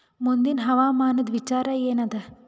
ಮುಂದಿನ ಹವಾಮಾನದ ವಿಚಾರ ಏನದ?